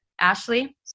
Ashley